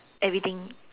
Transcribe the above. everything